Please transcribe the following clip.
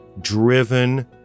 driven